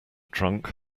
drunk